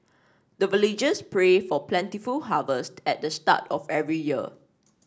the villagers pray for plentiful harvest at the start of every year